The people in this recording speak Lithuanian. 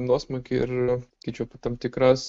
nuosmukį ir kaip čia tam tikras